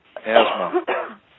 asthma